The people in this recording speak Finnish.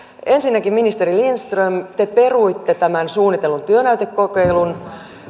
ensinnäkin ministeri lindström te peruitte tämän suunnitellun työnäytekokeilun